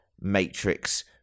Matrix